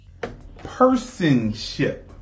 Personship